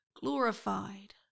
glorified